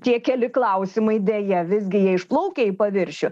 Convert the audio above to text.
tie keli klausimai deja visgi jie išplaukia į paviršių